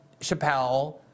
Chappelle